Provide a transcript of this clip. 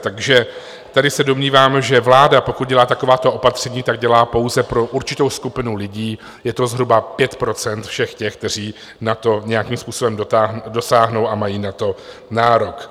Takže tady se domnívám, že vláda, pokud dělá takováto opatření, tak dělá pouze pro určitou skupinu lidí, je to zhruba 5 % těch, kteří na to nějakým způsobem dosáhnou a mají na to nárok.